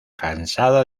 cansada